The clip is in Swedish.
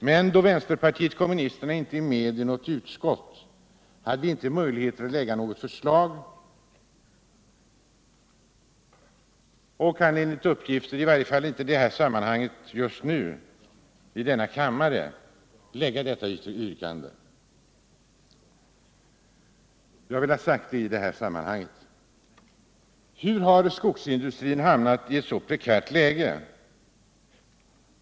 Men då vänsterpartiet kommunisterna inte är med i något utskott, hade vi inte möjlighet att framlägga något förslag, och vi kan enligt uppgift i varje fall inte just nu i denna kammare ställa något yrkande. — Jag har velat säga detta i det här sammanhanget. Hur har skogsindustrin kunnat hamna i ett så prekärt läge?